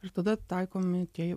ir tada taikomi tie